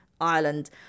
Ireland